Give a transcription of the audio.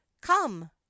Come